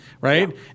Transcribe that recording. Right